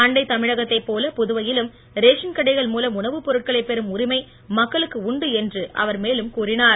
அண்டை தமிழகத்தைப் போல புதுவையிலும் ரேஷன் கடைகள் மூலம் உணவுப் பொருட்களை பெறும் உரிமை மக்களுக்கு உண்டு என்று அவர் மேலும் கூறினார்